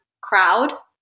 crowd